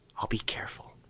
i'll be careful.